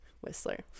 whistler